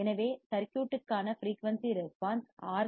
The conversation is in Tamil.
எனவே சர்க்யூட்க்கான ஃபிரீயூன்சி ரெஸ்பான்ஸ் ஆர்